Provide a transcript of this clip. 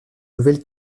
nouvelle